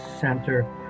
Center